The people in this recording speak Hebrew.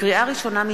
לקריאה ראשונה,